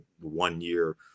one-year